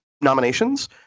nominations